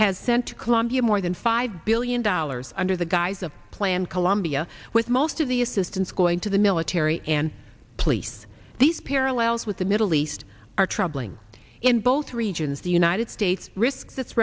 has sent to colombia more than five billion dollars under the guise of plan colombia with most of the assistance going to the military and police these parallels with the middle east are troubling in both regions the united states risk